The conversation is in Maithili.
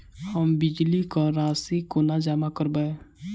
हम बिजली कऽ राशि कोना जमा करबै?